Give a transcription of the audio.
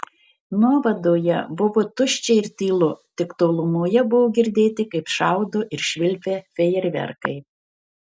nuovadoje buvo tuščia ir tylu tik tolumoje buvo girdėti kaip šaudo ir švilpia fejerverkai